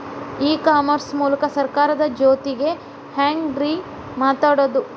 E commerce ಮೂಲಕ ಸರ್ಕಾರದ ಜೊತಿಗೆ ಹ್ಯಾಂಗ್ ರೇ ಮಾತಾಡೋದು?